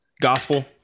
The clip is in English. gospel